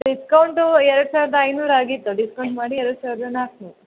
discount ಎರಡು ಸಾವಿರದ ಐದುನೂರು ಆಗಿತ್ತು ಡಿಸ್ಕೌಂಟ್ ಮಾಡಿ ಎರಡು ಸಾವಿರದ ನಾಲ್ಕು ನೂರು